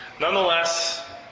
Nonetheless